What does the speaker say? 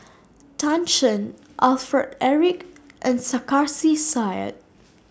Tan Shen Alfred Eric and Sarkasi Said